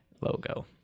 logo